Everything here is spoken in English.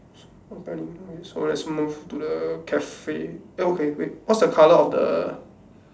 so let's move to the cafe oh okay wait what's the colour of the